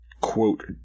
quote